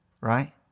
right